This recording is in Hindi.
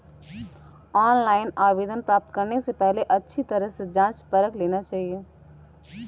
ऑनलाइन आवेदन प्राप्त करने से पहले अच्छी तरह से जांच परख लेना चाहिए